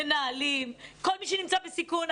מנהלים וכל מי שנמצא בסיכון.